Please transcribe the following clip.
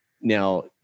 Now